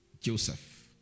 Joseph